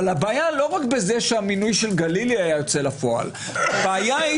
אבל הבעיה היא לא רק בזה שהמינוי של גלילי היה יוצא לפועל; הבעיה היא